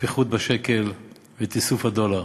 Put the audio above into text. לפיחות בשקל ולתיסוף הדולר,